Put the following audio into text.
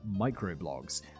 microblogs